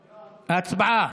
הצבעה.